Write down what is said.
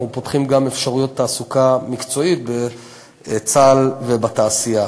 אנחנו פותחים גם אפשרויות לתעסוקה מקצועית בצה"ל ובתעשייה.